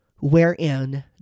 wherein